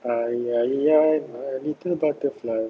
!aiya! ya my little butterfly